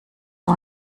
nur